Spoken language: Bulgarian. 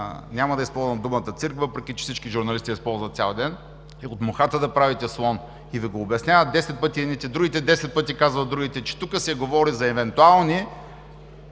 няма да използвам думата „цирк“, въпреки че всички журналисти я използват цял ден, и от мухата да правите слон. И Ви го обясняват десет пъти едните, другите десет пъти казват, че тук се говори за евентуални